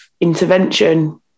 intervention